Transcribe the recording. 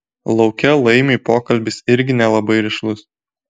lauke laimiui pokalbis irgi nelabai rišlus